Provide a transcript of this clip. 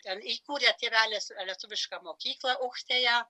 ten įkūrė tėvelis lietuvišką mokyklą aukštėja